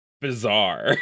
bizarre